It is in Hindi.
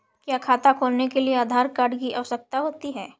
क्या खाता खोलने के लिए आधार कार्ड की आवश्यकता होती है?